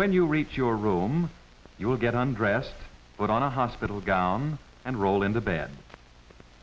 when you reach your room you will get under arrest but on a hospital gown and roll into bed